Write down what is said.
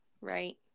right